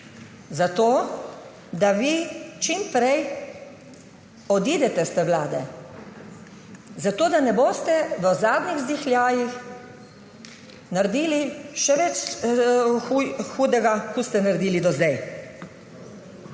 zato da vi čim prej odidete s te vlade, zato da ne boste v zadnjih vzdihljajih naredili še več hudega, kot ste naredili do sedaj.